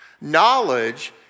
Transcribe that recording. Knowledge